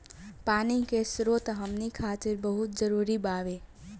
पानी के स्रोत हमनी खातीर बहुत जरूरी बावे